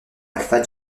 alpha